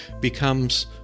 becomes